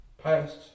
Past